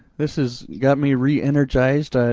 this has got me re-energized.